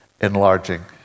enlarging